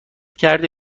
کرده